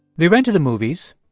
they went to the movies.